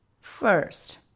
first